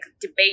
debate